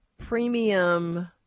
premium